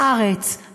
לארץ,